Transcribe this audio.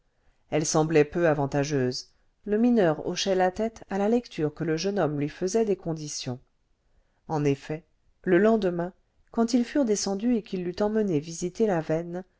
elles semblaient peu avantageuses le mineur hochait la tête à la lecture que le jeune homme lui faisait des conditions en effet le lendemain quand ils furent descendus et qu'il l'eut emmené visiter la veine